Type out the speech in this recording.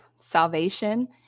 salvation